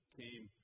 came